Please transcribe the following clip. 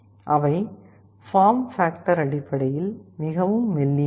அவை form factor அடிப்படையில் மிகவும் மெல்லியவை